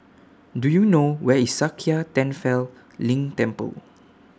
Do YOU know Where IS Sakya Tenphel Ling Temple